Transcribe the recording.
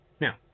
Now